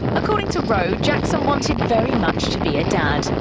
according to rowe, jackson wanted very much to be a dad.